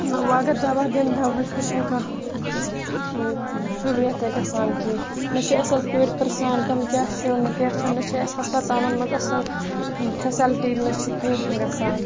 نہِ وۄنۍ اَگَر دَوَہ دِنۍ دَوہٕچ تہِ چھنہٕ کانٛہہ سہولیت تتہِ گَژھان کیٚنٛہہ نہ چھِ اَصٕل پٲٹھۍ پرٛژھان تم کیاہ چھِنہٕ کیاہ چھنہ نہ چھِ اَسہِ ہَسپَتالَن منٛز اَصٕل فیسَلٹی نہٕ چھِ کیٚنٛہہ گَژھان